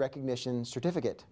recognition certificate